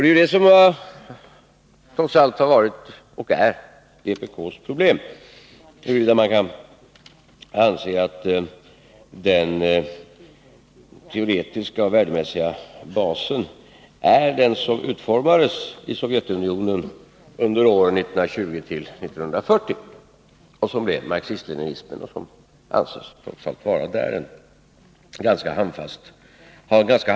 Det är detta som trots allt varit och är vpk:s problem — huruvida man kan anse att den teoretiska och värdemässiga basen för marxism-leninismen är den som utformades i Sovjetunionen under åren 1920-1940, och som där anses ha en ganska handfast innebörd. C.-H.